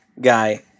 guy